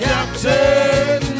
Captain